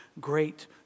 great